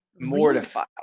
mortified